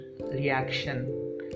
reaction